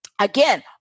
again